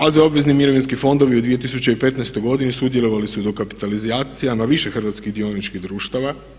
AZ obvezni mirovinski fondovi u 2015. godini sudjelovali su u dokapitalizacijama u više hrvatskih dioničkih društava.